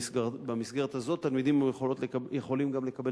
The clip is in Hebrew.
במסגרת הזאת תלמידים יכולים גם לקבל